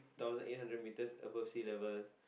thousand eight hundred metres above sea level